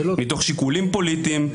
מתוך שיקולים פוליטיים.